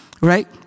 right